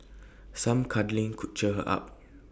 some cuddling could cheer her up